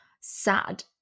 sad